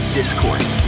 discourse